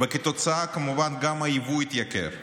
והתוצאה, כמובן גם היבוא התייקר.